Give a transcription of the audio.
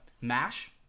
mash